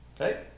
Okay